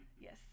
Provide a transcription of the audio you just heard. Yes